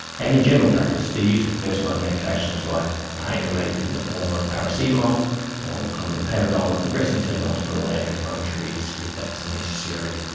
and in general practice the use of first-line medications like pain relief in the form of paracetamol or commonly panadol, and progressing to non-steroid anti-inflammatories if that's necessary.